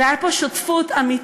אלא הייתה פה שותפות אמיתית,